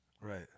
Right